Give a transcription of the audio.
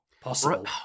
possible